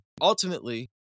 ultimately